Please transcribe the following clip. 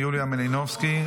יוליה מלינובסקי,